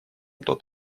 тот